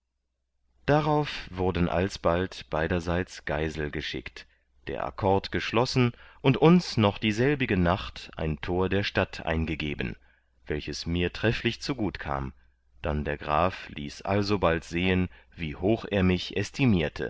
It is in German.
darauf wurden alsbald beiderseits geisel geschickt der akkord geschlossen und uns noch dieselbige nacht ein tor der stadt eingegeben welches mir trefflich zugut kam dann der graf ließ alsobald sehen wie hoch er mich